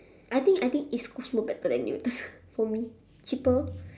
I think I think east-coast more better than newton for me cheaper